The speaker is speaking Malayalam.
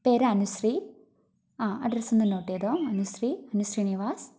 പേര് അനുശ്രീ ആ അഡ്രസ്സ് ഒന്നു നോട്ട് ചെയ്തോ അനുശ്രീ അനുശ്രീ നിവാസ്